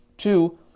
Two